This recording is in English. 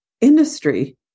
industry